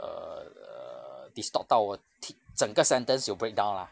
err distort 到我听整个 sentence 有 breakdown lah